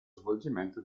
svolgimento